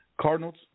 Cardinals